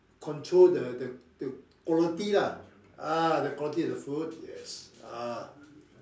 control the the the quality lah ah the quality of the food yes ah